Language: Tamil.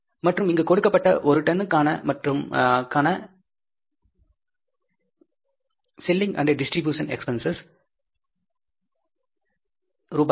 மற்றும் இங்கு கொடுக்கபட்ட ஒரு டன் காண செல்லிங் அண்ட் டிஸ்ட்ரிபியூஷன் ஓவர்ஹெட்ஸை ரூபாய் 1